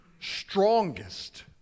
strongest